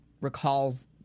recalls